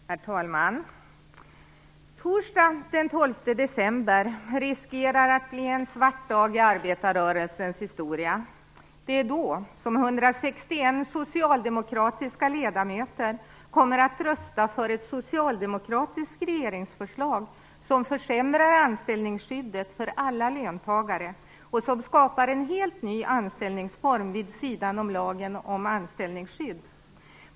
Herr talman! Torsdagen den 12 december riskerar att bli en svart dag i arbetarrörelsens historia. 161 socialdemokratiska ledamöter kommer att rösta för ett socialdemokratiskt regeringsförslag som försämrar anställningsskyddet för alla löntagare och som skapar en helt ny anställningsform vid sidan om lagen om anställningsskydd.